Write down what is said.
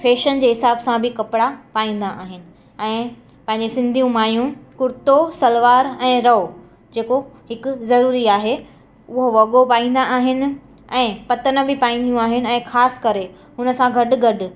fashion जे हिसाब सां बि कपिड़ा पाईंदा आहिनि ऐं प़हिंजे सिंधीयूंनि माइयूं कुर्तो सलवार ऐं रओ जेको हिकु ज़रूरी आहे उहो वॻो पाईंदा आहिनि ऐं पतन बि पाईंदियूं आहिनि ऐं ख़ासि करे उन सां गॾु गॾु